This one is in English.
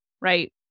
right